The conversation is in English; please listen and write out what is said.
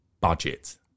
budget